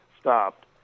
stopped